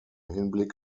hinblick